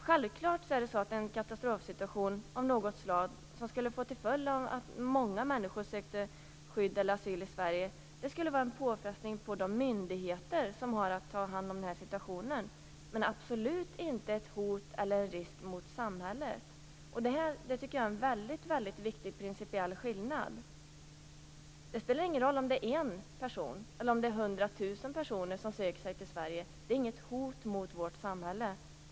Självklart skulle en katastrofsituation av något slag som skulle få till följd att många människor sökte skydd eller asyl i Sverige vara en påfrestning på de myndigheter som har att ta hand om en sådan situation, men den skulle absolut inte vara ett hot mot eller en risk för samhället. Jag tycker att det är en väldigt viktig principiell skillnad. Det spelar ingen roll om det är en enda person eller 100 000 personer som söker sig till Sverige. Det är absolut inte något hot mot vårt samhälle.